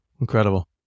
Incredible